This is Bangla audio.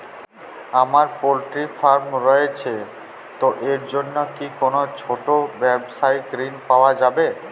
আমার পোল্ট্রি ফার্ম রয়েছে তো এর জন্য কি কোনো ছোটো ব্যাবসায়িক ঋণ পাওয়া যাবে?